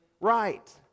right